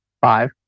Five